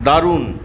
দারুণ